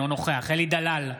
אינו נוכח אלי דלל,